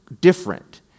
different